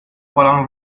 while